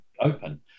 open